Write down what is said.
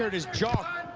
his jaw.